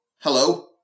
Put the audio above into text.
hello